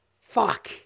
Fuck